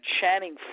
Channing